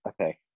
Okay